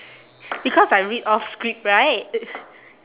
because I read off script right